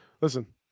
listen